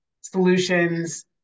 solutions